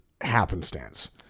happenstance